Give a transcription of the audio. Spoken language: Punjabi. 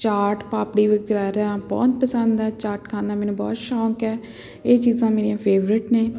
ਚਾਟ ਪਾਪੜੀ ਵਗੈਰਾ ਬਹੁਤ ਪਸੰਦ ਆ ਚਾਟ ਖਾਣਾ ਮੈਨੂੰ ਬਹੁਤ ਸ਼ੌਂਕ ਹੈ ਇਹ ਚੀਜ਼ਾਂ ਮੇਰੀਆਂ ਫੇਵਰੇਟ ਨੇ